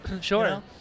Sure